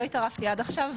לא התערבתי עד עכשיו,